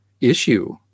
issue